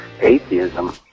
atheism